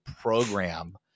program